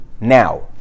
now